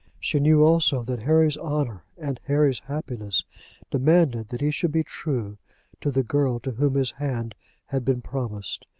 she knew also that harry's honour and harry's happiness demanded that he should be true to the girl to whom his hand had been promised.